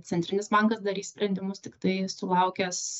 centrinis bankas darys sprendimus tiktai sulaukęs